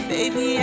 Baby